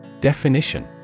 Definition